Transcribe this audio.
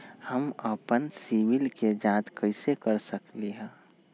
हम अपन सिबिल के जाँच कइसे कर सकली ह?